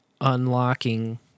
unlocking